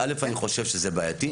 אני חושב שזה בעייתי,